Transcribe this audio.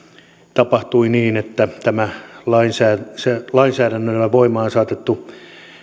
tapahtui niin että tämä lainsäädännöllä voimaan saatettu